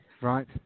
Right